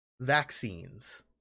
Vaccines